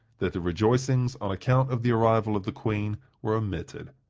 that the rejoicings on account of the arrival of the queen were omitted.